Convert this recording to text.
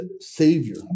Savior